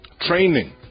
training